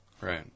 Right